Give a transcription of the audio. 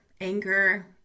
Anger